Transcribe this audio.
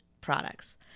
products